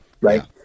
Right